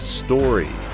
story